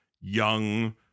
young